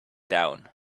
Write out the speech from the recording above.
down